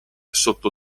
sotto